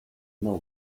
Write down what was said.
know